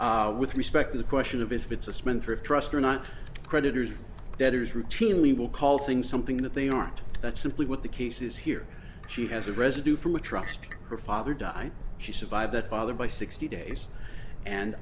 with respect to the question of if it's a spendthrift trust or not creditors debtors routinely will call things something that they aren't that's simply what the case is here she has a residue from a trust her father died she survived that father by sixty days and